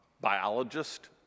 biologist